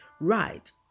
Right